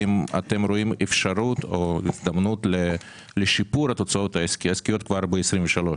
האם אתם רואים אפשרות או הזדמנות לשיפור התוצאות העסקיות כבר ב-2023?